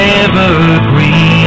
evergreen